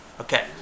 Okay